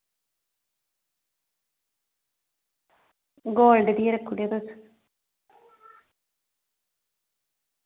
gold दी गै रक्खी ओड़ो तुस